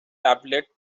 tablet